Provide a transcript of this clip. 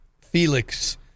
Felix—